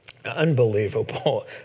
Unbelievable